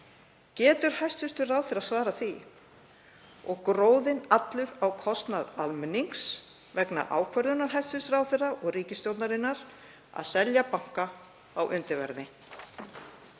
Getur hæstv. ráðherra svarað því? Og gróðinn er allur á kostnað almennings vegna ákvörðunar hæstv. ráðherra og ríkisstjórnarinnar að selja banka á undirverði.